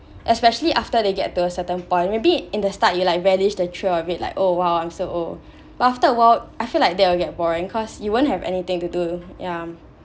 especially after they get to a certain point maybe in the start you like relish the thrill of it like oh !wow! I'm so old but after a while I feel like they will get boring cause you won't have anything to do ya